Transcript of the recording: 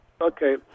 okay